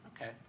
Okay